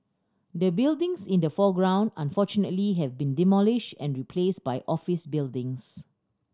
the buildings in the foreground unfortunately have been demolished and replaced by office buildings